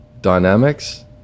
dynamics